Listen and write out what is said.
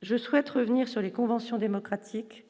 Je souhaite revenir sur les conventions démocratiques